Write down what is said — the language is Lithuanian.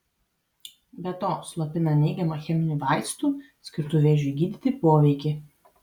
be to slopina neigiamą cheminių vaistų skirtų vėžiui gydyti poveikį